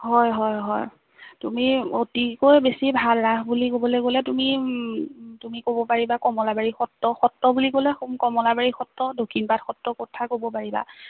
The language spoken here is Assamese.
হয় হয় হয় তুমি অতিকৈ বেছি ভাল ৰাস বুলি ক'বলৈ গ'লে তুমি তুমি ক'ব পাৰিবা কমলাবাৰী সত্ৰ সত্ৰ বুলি ক'লে কমলাবাৰী সত্ৰ দক্ষিণপাট সত্ৰৰ কথা ক'ব পাৰিবা